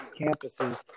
campuses